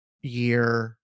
year